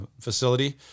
facility